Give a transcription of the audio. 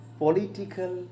political